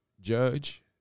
judge